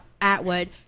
Atwood